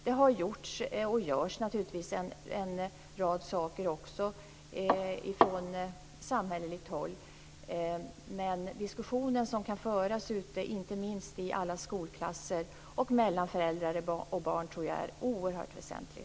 Det har gjorts och görs naturligtvis en rad saker från samhälleligt håll. Diskussionen som kan föras inte minst i alla skolklasser och mellan föräldrar och barn tror jag är oerhört väsentlig.